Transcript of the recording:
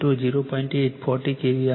8 40 kVAr હશે